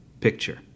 Picture